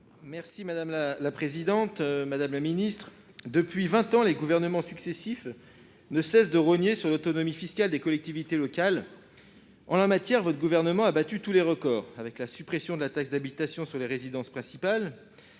M. Guillaume Gontard. Madame la ministre, depuis vingt ans, les gouvernements successifs ne cessent de rogner sur l'autonomie fiscale des collectivités locales. En la matière, le Gouvernement a battu tous les records avec la suppression de la taxe d'habitation sur les résidences principales.